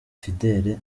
fidele